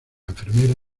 enfermera